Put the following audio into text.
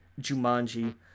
Jumanji